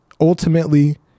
ultimately